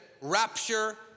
rapture